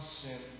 sin